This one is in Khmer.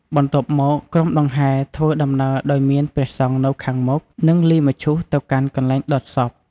បន្ទាប់មក ក្រុមដង្ហែធ្វើដំណើរដោយមានព្រះសង្ឃនៅខាងមុខ និងលីមឈូសទៅកាន់កន្លែងដុតសព។